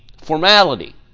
formality